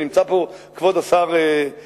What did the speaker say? ונמצא פה כבוד השר שלום,